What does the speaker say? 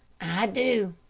i do,